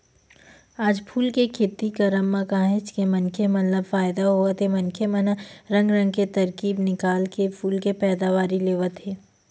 आज फूल के खेती करब म काहेच के मनखे मन ल फायदा होवत हे मनखे मन ह रंग रंग के तरकीब निकाल के फूल के पैदावारी लेवत हे